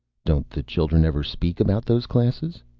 don't the children ever speak about those classes?